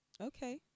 okay